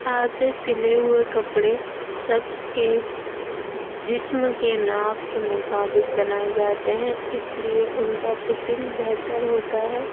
ہاتھ سے سلے ہوئے کپڑے شخص کے جسم کے ناپ کے مطابق بنائے جاتے ہیں اس لیے ان کا فٹنگ بہتر ہوتا ہے